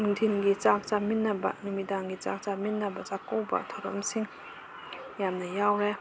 ꯅꯨꯡꯊꯤꯟꯒꯤ ꯆꯥꯛ ꯆꯥꯃꯤꯟꯅꯕ ꯅꯨꯃꯤꯗꯥꯡꯒꯤ ꯆꯥꯛ ꯆꯥꯃꯤꯟꯅꯕ ꯆꯥꯛꯀꯧꯕ ꯊꯧꯔꯝꯁꯤꯡ ꯌꯥꯝꯅ ꯌꯥꯎꯔꯦ